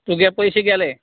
तुगे पयशें गेले